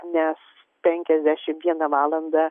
nes penkiasdešimt vieną valandą